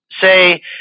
say